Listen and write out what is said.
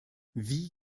wie